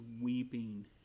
weeping